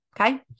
okay